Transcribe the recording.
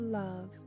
love